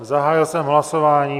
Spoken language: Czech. Zahájil jsem hlasování.